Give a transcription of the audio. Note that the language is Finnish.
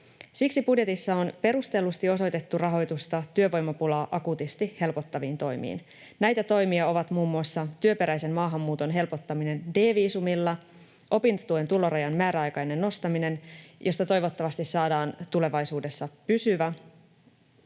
Siksi budjetissa on perustellusti osoitettu rahoitusta työvoimapulaa akuutisti helpottaviin toimiin. Näitä toimia ovat muun muassa työperäisen maahanmuuton helpottaminen D-viisumilla, opintotuen tulorajan määräaikainen nostaminen, josta toivottavasti saadaan tulevaisuudessa pysyvä,